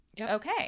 okay